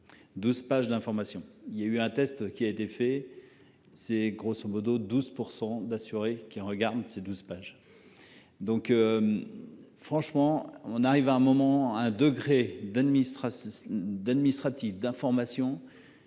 12 pages d'informations, il y a eu un test qui a été fait. C'est grosso modo 12% d'assurés qui regarde ces 12 pages. Donc. Franchement, on arrive à un moment un degré d'administration d'administratif